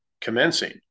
commencing